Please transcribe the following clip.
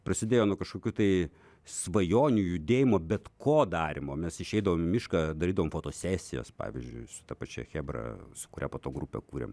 prasidėjo nuo kažkokių tai svajonių judėjimo bet ko darymo mes išeidavom į mišką darydavom fotosesijas pavyzdžiui su ta pačia chebra su kuria po to grupę kūrėm